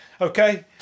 okay